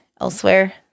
elsewhere